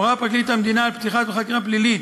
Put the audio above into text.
הורה פרקליט המדינה על פתיחה בחקירה פלילית